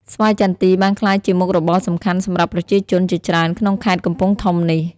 ស្វាយចន្ទីបានក្លាយជាមុខរបរសំខាន់សម្រាប់ប្រជាជនជាច្រើនក្នុងខេត្តកំពង់ធំនេះ។